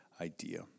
idea